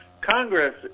Congress